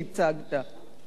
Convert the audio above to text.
הוא לא מעוניין בו.